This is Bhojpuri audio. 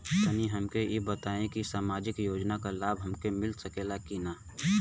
तनि हमके इ बताईं की सामाजिक योजना क लाभ हमके मिल सकेला की ना?